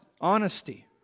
Honesty